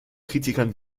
kritikern